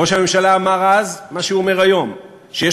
ראש הממשלה אמר אז מה שהוא אומר היום: שיש